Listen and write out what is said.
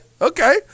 okay